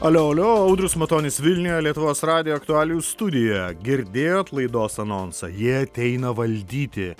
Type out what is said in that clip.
alio alio audrius matonis vilniuje lietuvos radijo aktualijų studija girdėjot laidos anonsą jie ateina valdyti